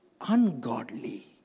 ungodly